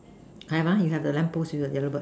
have ah you have the lamp post and yellow bird